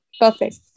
Perfect